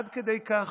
עד כדי כך,